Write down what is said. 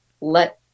let